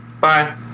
Bye